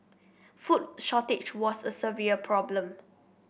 food shortage was a severe problem